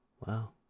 Wow